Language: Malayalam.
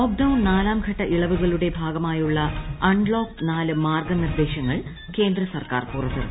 ലോക്ഡൌൺ നാലാർഘട്ട് ഇളവുകളുടെ ഭാഗമായുള്ള അൺലോക്ക് നാല് പൂ മാർഗ്ഗനിർദ്ദേശങ്ങൾ കേന്ദ്ര സർക്കാർ പുറത്തിറക്കി